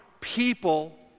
people